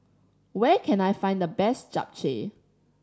where can I find the best Japchae